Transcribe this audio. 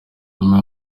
nyuma